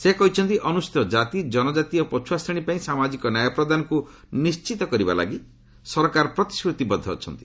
ସେ କହିଛନ୍ତି ଅନୁସ୍ଚିତ କାତି କନକାତି ଓ ପଛୁଆ ଶ୍ରେଣୀ ପାଇଁ ସାମାଜିକ ନ୍ୟାୟ ପ୍ରଦାନକୁ ନିଣ୍ଚିତ କରିବାଲାଗି ସରକାର ପ୍ରତିଶ୍ରତିବଦ୍ଧ ଅଛନ୍ତି